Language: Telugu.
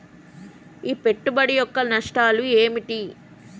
ఈ పెట్టుబడి యొక్క నష్టాలు ఏమిటి?